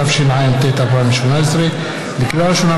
התשע"ט 2017. לקריאה ראשונה,